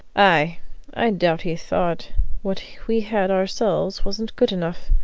ay i doubt he thought what we had ourselves wasn't good enough.